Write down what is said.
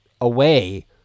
away